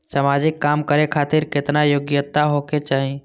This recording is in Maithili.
समाजिक काम करें खातिर केतना योग्यता होके चाही?